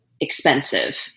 expensive